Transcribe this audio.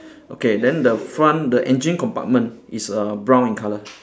okay then the front the engine compartment is err brown in color